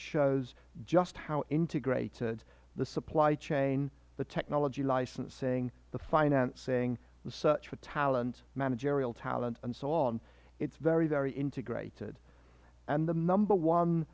shows just how integrated the supply chain the technology licensing the financing the search for talent managerial talent and so on it is very very integrated and the number one